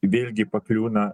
vėlgi pakliūna